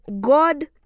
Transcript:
God